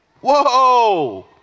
whoa